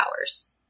hours